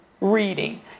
reading